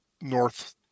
North